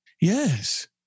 Yes